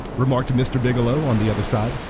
remarked mr. biggielow on the other side.